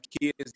kids